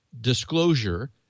disclosure